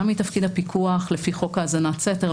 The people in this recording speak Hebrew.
גם מתפקיד הפיקוח לפי חוק האזנת סתר,